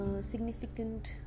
significant